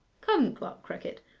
come, clerk crickett,